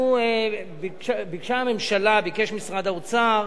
ביקשה הממשלה, ביקש משרד האוצר,